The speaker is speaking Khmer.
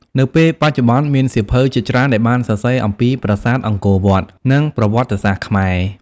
នៅពេលបច្ចុប្បន្ន មានសៀវភៅជាច្រើនដែលបានសរសេរអំពីប្រាសាទអង្គរវត្ត និងប្រវត្តិសាស្ត្រខ្មែរ។